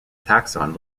taxon